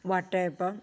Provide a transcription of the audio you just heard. വട്ടയപ്പം